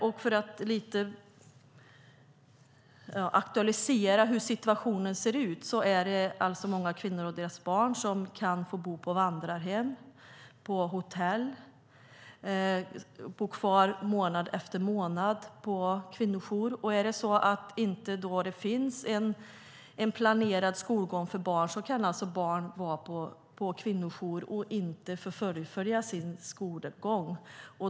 Den aktuella situationen ser ut som så att många kvinnor och deras barn får bo på vandrarhem, på hotell och bo kvar månad efter månad på kvinnojour. Om det inte finns en planerad skolgång för barn kan alltså barnen vara på kvinnojour och får inte fullfölja sin skolgång.